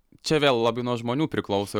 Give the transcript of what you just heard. čia vėl labai nuo žmonių priklauso